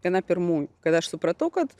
viena pirmųjų kada aš supratau kad